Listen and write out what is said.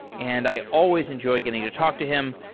and i always enjoy getting to talk to him.